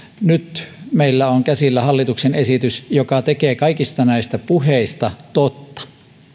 nyt meillä on käsillä hallituksen esitys joka tekee kaikista näistä puheista totta